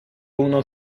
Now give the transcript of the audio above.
uno